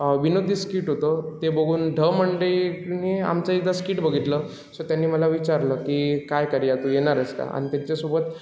विनोदी स्किट होतं ते बघून ढ मंडळींनी आमचं एकदा स्किट बघितलं सो त्यांनी मला विचारलं की काय करूया तू येणार आहेस का आणि त्यांच्यासोबत